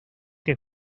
que